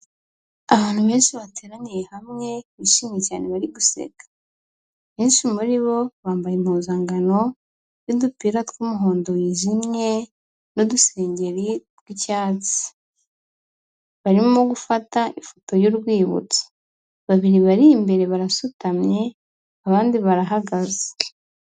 Abantu benshi bateraniye hamwe bishimye cyane bari guseka, benshi muri bo bambaye impuzankano z'udupira tw'umuhondo wijimye n'udusengeri tw'icyatsi, barimo gufata ifoto y'urwibutso, babiri bari imbere barasutamye abandi barahagaze.